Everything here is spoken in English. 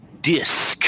disc